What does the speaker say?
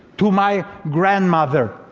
to my grandmother,